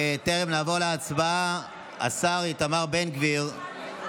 טרם נעבור להצבעה, השר איתמר בן גביר.